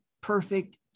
perfect